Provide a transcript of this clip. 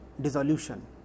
dissolution